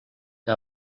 que